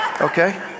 okay